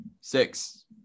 Six